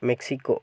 Mexico